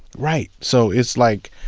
right. so it's like,